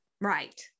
right